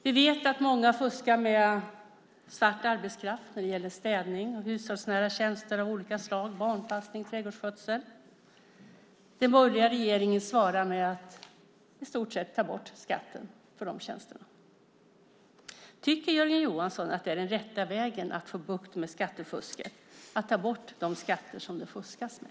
Vi vet att många fuskar med svart arbetskraft när det gäller städning och hushållsnära tjänster av olika slag, barnpassning, trädgårdsskötsel. Den borgerliga regeringen svarar med att i stort sett ta bort skatten för de tjänsterna. Tycker Jörgen Johansson att det är den rätta vägen att få bukt med skattefusket, att ta bort de skatter som det fuskas med?